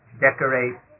decorate